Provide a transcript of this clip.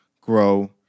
grow